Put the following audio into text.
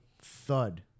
thud